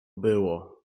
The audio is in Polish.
było